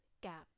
gap